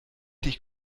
dich